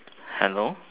hello